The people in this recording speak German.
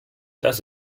das